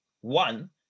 one